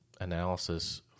analysis